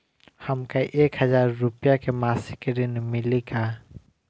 हमका एक हज़ार रूपया के मासिक ऋण मिली का?